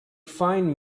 find